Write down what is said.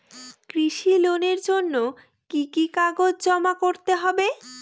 কৃষি লোনের জন্য কি কি কাগজ জমা করতে হবে?